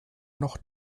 noch